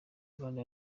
rwanda